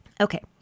Okay